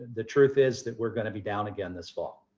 the truth is that we're going to be down again this fall.